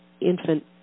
infant